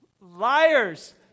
Liars